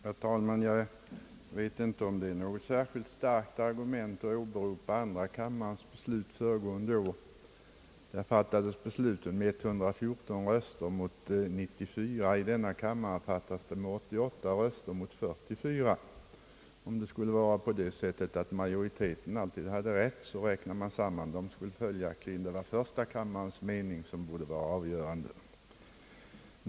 Herr talman! Jag vet inte om det är något särskilt starkt argument att åberopa andra kammarens beslut föregående år. Där fattades beslutet med 114 röster mot 94. I denna kammare blev det 88 röster mot 44. Om det skulle vara på det sättet, att majoriteten alltid hade rätt, skulle det följaktligen, om man räknade samman rösterna, vara första kammarens mening som borde vara avgörande.